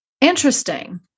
Interesting